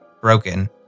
broken